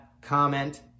comment